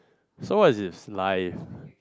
so what is this live